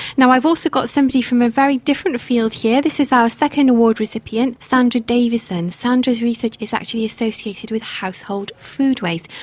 i've also got somebody from a very different field here, this is our second award recipient, sandra davison. sandra's research is actually associated with household food waste.